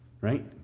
right